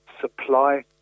supply